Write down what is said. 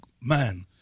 man